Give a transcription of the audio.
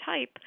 type